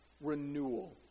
renewal